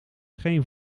geen